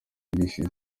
yigishije